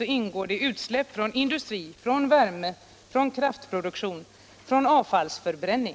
vari ingår utsläpp från industri, värme och kraftproduktion samt avfallsbränning.